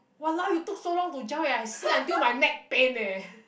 !walao! you took so long to jump eh I see until my neck pain eh